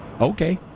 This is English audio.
Okay